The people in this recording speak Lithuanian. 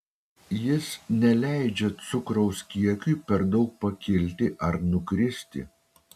jis neleidžia cukraus kiekiui per daug pakilti ar nukristi